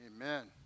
Amen